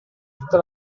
tutta